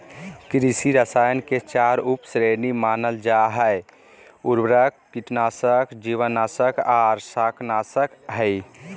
कृषि रसायन के चार उप श्रेणी मानल जा हई, उर्वरक, कीटनाशक, जीवनाशक आर शाकनाशक हई